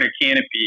canopy